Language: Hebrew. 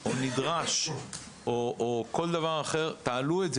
או כל דבר אחר, אז אני מבקש שתעלה את זה.